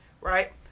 right